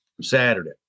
Saturday